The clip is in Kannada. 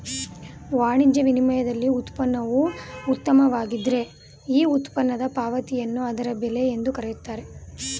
ವಾಣಿಜ್ಯ ವಿನಿಮಯದಲ್ಲಿ ಉತ್ಪನ್ನವು ಉತ್ತಮವಾಗಿದ್ದ್ರೆ ಈ ಉತ್ಪನ್ನದ ಪಾವತಿಯನ್ನು ಅದರ ಬೆಲೆ ಎಂದು ಕರೆಯುತ್ತಾರೆ